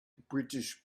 british